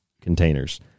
containers